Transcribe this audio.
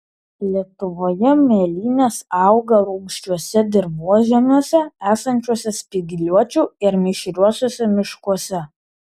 lietuvoje mėlynės auga rūgščiuose dirvožemiuose esančiuose spygliuočių ir mišriuosiuose miškuose